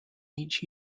each